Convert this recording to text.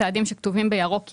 צעדים שכתובים בירוק כהה,